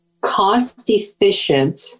cost-efficient